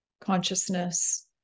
consciousness